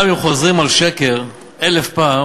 גם אם חוזרים על שקר אלף פעם